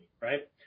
right